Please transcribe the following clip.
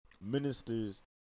ministers